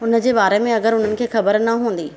हुनजे बारे में अगरि उन्हनि खे ख़बर न हूंदी